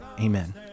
Amen